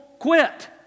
quit